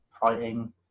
fighting